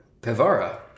Pevara